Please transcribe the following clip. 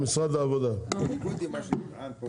לא מעניין אותי עכשיו מי צריך לשלם למי,